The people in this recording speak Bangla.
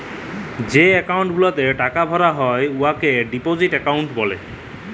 যে একাউল্ট গুলাতে টাকা ভরা হ্যয় উয়াকে ডিপজিট একাউল্ট ব্যলে